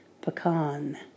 pecan